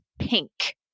pink